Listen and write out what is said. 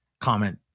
comment